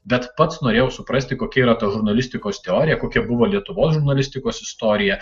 bet pats norėjau suprasti kokia yra ta žurnalistikos teorija kokia buvo lietuvos žurnalistikos istorija